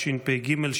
ב' באב התשפ"ג /